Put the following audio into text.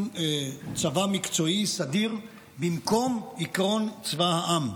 צבא מקצועי סדיר במקום עקרון צבא העם,